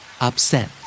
Upset